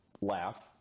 laugh